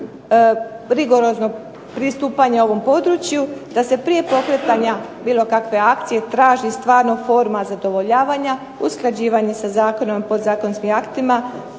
rigorozno pristupanje ovom području da se prije pokretanja bilo kakve akcije traži stvarno forma zadovoljavanja, usklađivanje sa zakonom, podzakonskim aktima,